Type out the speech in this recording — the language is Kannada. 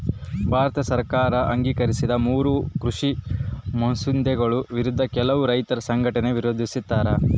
ಭಾರತ ಸರ್ಕಾರ ಅಂಗೀಕರಿಸಿದ ಮೂರೂ ಕೃಷಿ ಮಸೂದೆಗಳ ವಿರುದ್ಧ ಕೆಲವು ರೈತ ಸಂಘಟನೆ ವಿರೋಧಿಸ್ಯಾರ